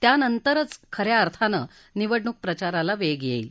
त्यानंतर खऱ्या अर्थानं निवडणूक प्रचाराला वेग येईल